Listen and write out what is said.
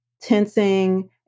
tensing